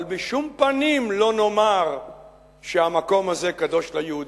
אבל בשום פנים לא נאמר שהמקום הזה קדוש ליהודים.